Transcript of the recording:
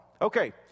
Okay